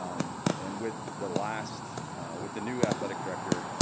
um and with the last with the new athletic director,